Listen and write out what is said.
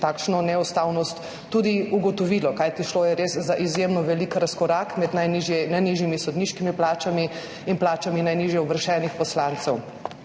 takšno neustavnost tudi ugotovilo, kajti šlo je za res izjemno velik razkorak med najnižjimi sodniškimi plačami in plačami najnižje uvrščenih poslancev.